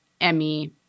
Emmy